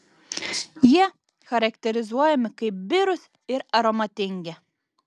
jie charakterizuojami kaip birūs ir aromatingi